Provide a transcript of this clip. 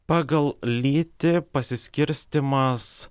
pagal lytį pasiskirstymas